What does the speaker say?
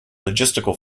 logistical